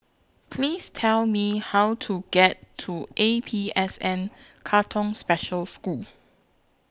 Please Tell Me How to get to A P S N Katong Special School